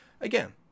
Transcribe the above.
Again